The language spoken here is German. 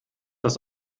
das